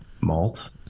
malt